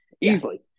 Easily